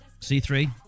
C3